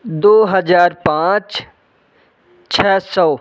दो हज़ार पाँच छः सौ